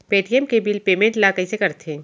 Paytm के bill payment ल कइसे करथे?